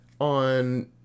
on